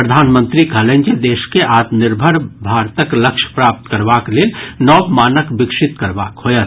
प्रधानमंत्री कहलनि जे देश के आत्मनिर्भर भारतक लक्ष्य प्राप्त करबाक लेल नव मानक विकसित करबाक होयत